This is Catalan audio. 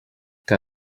que